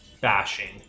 bashing